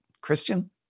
Christian